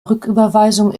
rücküberweisung